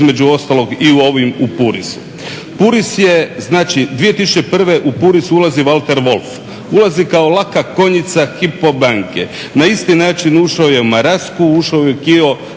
između ostalog i ovim u Purisu. Puris je znači 2001. ulazi Walter Wolf, ulazi kao laka konjica HYPO banke. Na isti način ušao je u Marasku, ušao je u KIO